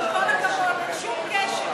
עם כל הכבוד, אין שום קשר.